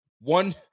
One